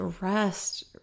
rest